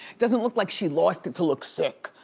doesn't look like she lost it to look sick.